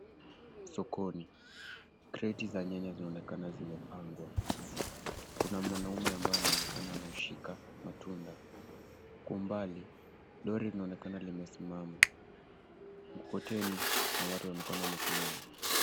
Sokoni. Kreti za nyanya zinaonekana zimepangwa. Kuna mwanaume ambaye anaonekana anashika matunda. Kwa umbali lori linaonekana limesimama. Mkokoteni na watu wanaonekana wamesimama.